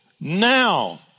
now